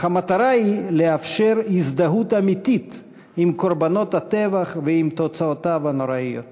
המטרה היא לאפשר הזדהות אמיתית עם קורבנות הטבח ועם תוצאותיו הנוראיות.